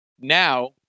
Now